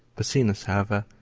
procinus, however,